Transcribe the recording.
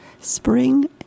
Spring